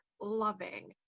loving